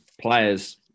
players